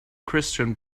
christian